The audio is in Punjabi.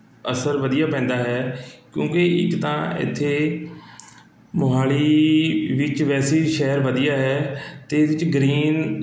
ਅਸਰ ਵਧੀਆ ਪੈਂਦਾ ਹੈ ਕਿਉਂਕਿ ਇੱਕ ਤਾਂ ਇੱਥੇ ਮੋਹਾਲੀ ਵਿੱਚ ਵੈਸੇ ਹੀ ਸ਼ਹਿਰ ਵਧੀਆ ਹੈ ਅਤੇ ਇਹਦੇ 'ਚ ਗ੍ਰੀਨ